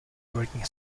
working